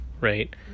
right